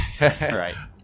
Right